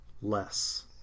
Less